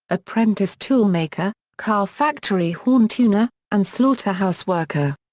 apprentice toolmaker, car factory horn-tuner, and slaughterhouse worker.